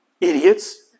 Idiots